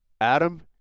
Adam